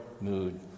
mood